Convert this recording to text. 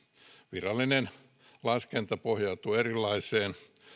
virallinen laskenta pohjautuu erilaisiin